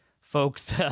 Folks